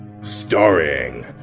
Starring